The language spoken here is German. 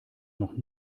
noch